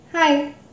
Hi